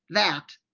that!